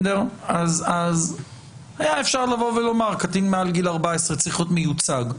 היה אפשר לומר שקטין מעל גיל 14 צריך להיות מיוצג.